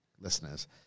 listeners